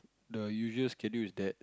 the usual schedule is that